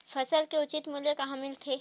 फसल के उचित मूल्य कहां मिलथे?